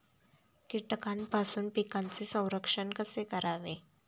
कीटकांपासून पिकांचे संरक्षण कसे करावे?